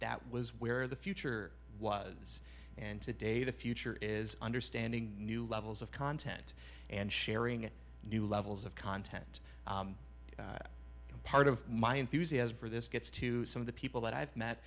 that was where the future was and today the future is understanding new levels of content and sharing and new levels of content and part of my enthusiasm for this gets to some of the people that i've met